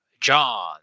John